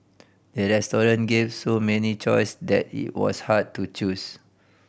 the restaurant gave so many choice that it was hard to choose